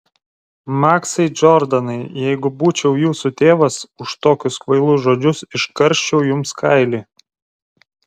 maksai džordanai jeigu būčiau jūsų tėvas už tokius kvailus žodžius iškarščiau jums kailį